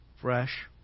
fresh